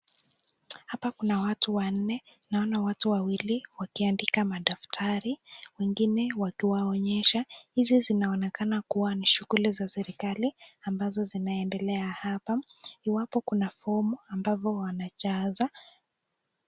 Hapa Kuna watu wanne naona watu wawili wkiandika madaftari wengine wanatuonyesha hizi sinaonekana ni shughulu za serkali zinasoendelea apaiwapo Kuna form ambazo wanachasa.